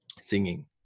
singing